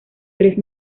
tres